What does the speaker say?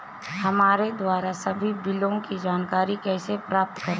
हमारे द्वारा सभी बिलों की जानकारी कैसे प्राप्त करें?